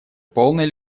полной